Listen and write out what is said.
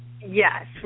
Yes